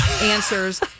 answers